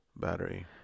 Battery